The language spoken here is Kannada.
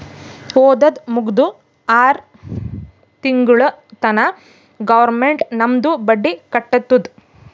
ಓದದ್ ಮುಗ್ದು ಆರ್ ತಿಂಗುಳ ತನಾ ಗೌರ್ಮೆಂಟ್ ನಮ್ದು ಬಡ್ಡಿ ಕಟ್ಟತ್ತುದ್